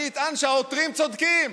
אני אטען שהעותרים צודקים,